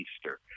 Easter